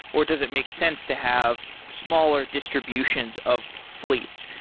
or does it make sense to have smaller distributions of fleets?